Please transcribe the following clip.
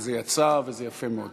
וזה יצא, וזה יפה מאוד